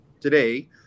today